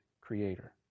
creator